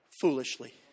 foolishly